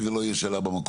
כי זו לא תהיה שאלה במקום.